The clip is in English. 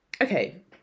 Okay